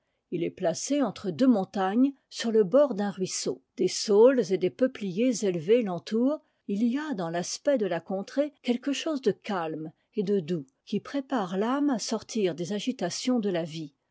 il est placé entre deux montagnes sur le bord d'un ruisseau des saules et des peupliers élevés t'entourent il a a dans l'aspect de la contrée quelque chose de calme et de doux qui prépare l'âme à sortir des agitations de la vie